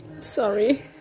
sorry